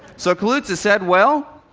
so kaluza said, well,